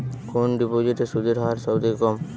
কোন ডিপোজিটে সুদের হার সবথেকে কম?